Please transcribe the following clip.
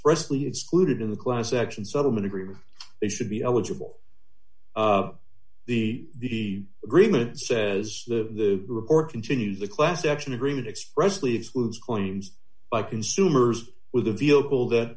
expressly excluded in the class action settlement agreement they should be eligible the agreement says the report continues the class action agreement expressly excludes claims by consumers with a vehicle that